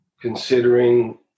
considering